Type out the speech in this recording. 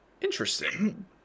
Interesting